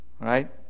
right